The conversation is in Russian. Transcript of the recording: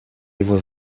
его